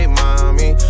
mommy